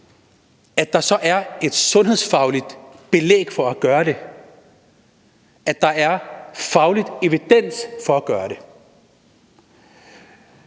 så er et sundhedsfagligt belæg for at gøre det – altså at der er faglig evidens for at gøre det.